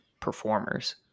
performers